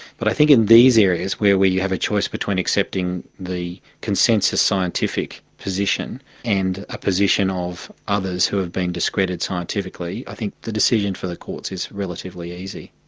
but i think in these areas, where we have a choice between accepting the consensus scientific position and a position of others who have been discredited scientifically, i think the decision for the courts is relatively easy.